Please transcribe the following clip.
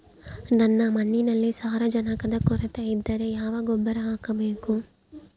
ನನ್ನ ಮಣ್ಣಿನಲ್ಲಿ ಸಾರಜನಕದ ಕೊರತೆ ಇದ್ದರೆ ಯಾವ ಗೊಬ್ಬರ ಹಾಕಬೇಕು?